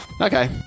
Okay